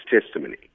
testimony